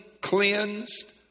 cleansed